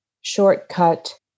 shortcut